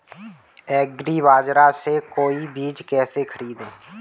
एग्रीबाजार से कोई चीज केसे खरीदें?